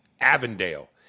Avondale